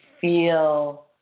feel